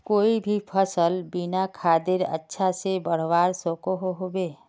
कोई भी सफल बिना खादेर अच्छा से बढ़वार सकोहो होबे?